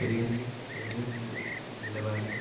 കരിയറിൽ നല്ലൊരു നി നിലവാരം